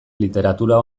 literatura